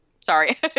Sorry